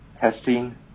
testing